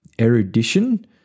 erudition